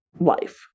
life